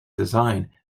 design